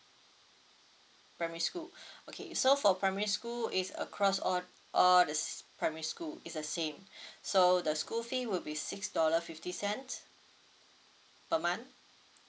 primary school okay so for primary school is across all all the primary school is the same so the school fee will be six dollar fifty cent per month